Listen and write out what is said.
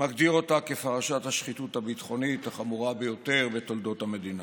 מגדיר אותה כפרשת השחיתות הביטחונית החמורה ביותר בתולדות המדינה.